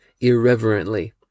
Irreverently